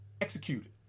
executed